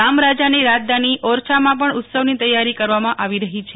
રામ રાજાની રાજધાની ઓરછામાં પણ ઉત્સવની તૈયારી કરવામાં આવી રહી છે